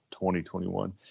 2021